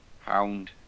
Hound